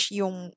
yung